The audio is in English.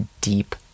deep